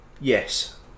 Yes